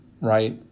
right